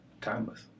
timeless